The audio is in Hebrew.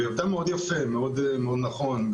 וזה מאוד יפה, מאוד נכון.